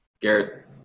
Garrett